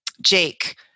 Jake